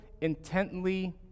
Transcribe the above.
intently